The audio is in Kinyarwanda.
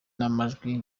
n’amajwi